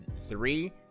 three